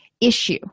issue